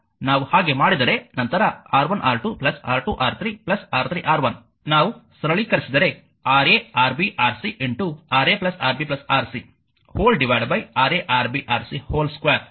ನಾವು ಹಾಗೆ ಮಾಡಿದರೆ ನಂತರ R1R2R2R3R3R1 ನಾವು ಸರಳೀಕರಿಸಿದರೆ Ra Rb Rc Ra Rb Rc Ra Rb Rc 2 ಸಿಗುತ್ತದೆ